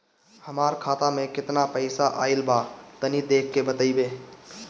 हमार खाता मे केतना पईसा आइल बा तनि देख के बतईब?